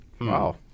Wow